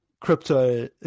crypto